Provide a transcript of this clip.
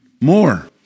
more